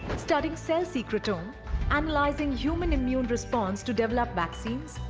studying cell secretome analyzing human immune response to develop vaccine,